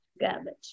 garbage